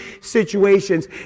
situations